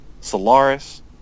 Solaris